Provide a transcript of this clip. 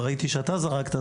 וראיתי שאתה זרקת,